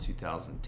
2010